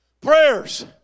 Prayers